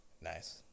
Nice